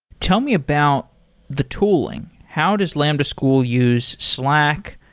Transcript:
tell me about the tooling. how does lambda school use slack,